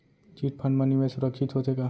Chit fund मा निवेश सुरक्षित होथे का?